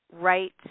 right